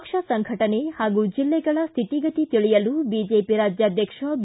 ಪಕ್ಷ ಸಂಘಟನೆ ಹಾಗೂ ಜಿಲ್ಲೆಗಳ ಸ್ಥಿತಿಗತಿ ತಿಳಿಯಲು ಬಿಜೆಪಿ ರಾಜ್ಕಾಧ್ಯಕ್ಷ ಬಿ